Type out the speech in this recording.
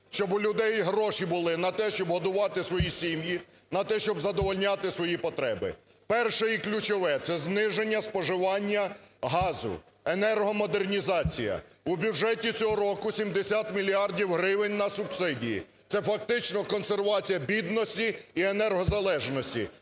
щоб у людей гроші були на те, щоб годувати свої сім'ї, на те, щоб задовольняти свої потреби. Перше, і ключове - це зниження споживання газу, енергомодернізація. У бюджеті цього року 70 мільярдів гривень на субсидії. Це фактично консервація бідності і енергозалежності.